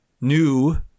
new